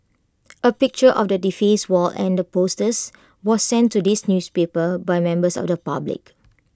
A picture of the defaced wall and the posters was sent to this newspaper by members of the public